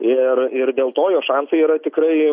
ir ir dėl to jo šansai yra tikrai